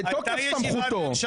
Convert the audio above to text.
שוטר שלוקח עורך דין פרטי,